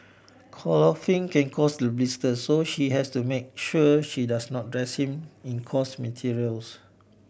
clothing can cause the blisters so she has to make sure she does not dress him in coarse materials